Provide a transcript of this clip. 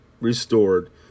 restored